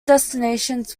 destinations